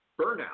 Burnout